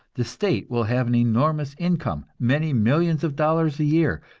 the state will have an enormous income, many millions of dollars a year,